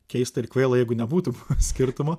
keista ir kvaila jeigu nebūtų skirtumo